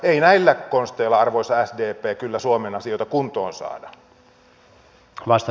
ei näillä konsteilla arvoisa sdp kyllä suomen asioita kuntoon saada